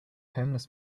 homeless